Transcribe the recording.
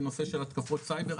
בנושא של התקפות סייבר.